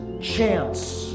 chance